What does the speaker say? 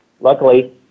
Luckily